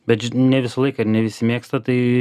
bet ne visą laiką ir ne visi mėgsta tai